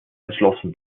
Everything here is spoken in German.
entschlossen